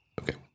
Okay